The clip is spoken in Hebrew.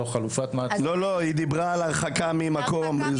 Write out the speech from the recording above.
היא דיברה על הרחקה ממקום.